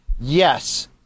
Yes